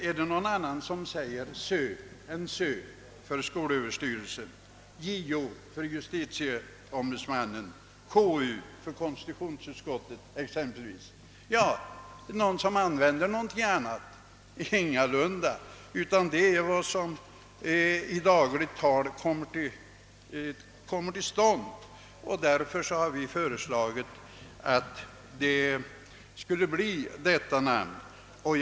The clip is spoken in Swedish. Är det någon som säger någonting annat än SÖ om skolöverstyrelsen, JO för justitieombudsmannen, KU för konstitutionsutskottet? Ingalunda. Det är vad som i dagligt tal kommer till användning. Därför har vi föreslagit detta namn.